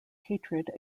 hatred